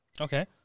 Okay